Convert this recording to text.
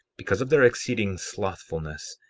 because of their exceeding slothfulness,